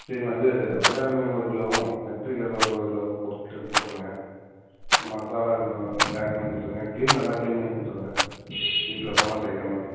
சரிம்மா அது வஞ்சரம் மீன் ஒரு கிலோவும் நெத்திலி கருவாடு ஒரு கிலோவும் போட்டு போட்டுருங்க மசாலா இ எல்லாமே பேக் பண்ணி கொடுத்துருங்க க்ளீன் நல்லா கிளீன் பண்ணி கொடுத்துருங்க வீட்டில் போனால் செய்கிற மாதிரி